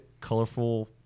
colorful